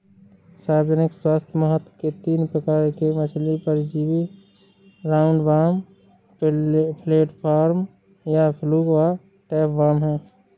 सार्वजनिक स्वास्थ्य महत्व के तीन प्रकार के मछली परजीवी राउंडवॉर्म, फ्लैटवर्म या फ्लूक और टैपवार्म है